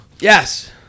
Yes